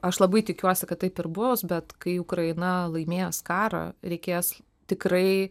aš labai tikiuosi kad taip ir bus bet kai ukraina laimės karą reikės tikrai